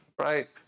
right